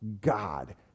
God